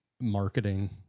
marketing